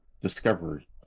Discovery